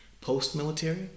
post-military